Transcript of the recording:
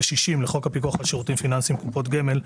ו-60 לחוק הפיקוח על שירותים פיננסיים (קופות גמל),